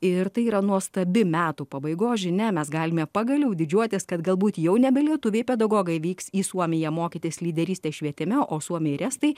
ir tai yra nuostabi metų pabaigos žinia mes galime pagaliau didžiuotis kad galbūt jau nebe lietuviai pedagogai vyks į suomiją mokytis lyderystės švietime o suomiai ir estai